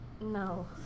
No